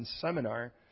seminar